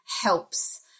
helps